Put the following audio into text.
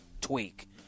tweak